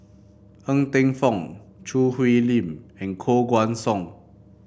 Ng Teng Fong Choo Hwee Lim and Koh Guan Song